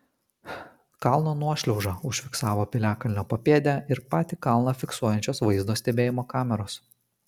kalno nuošliaužą užfiksavo piliakalnio papėdę ir patį kalną fiksuojančios vaizdo stebėjimo kameros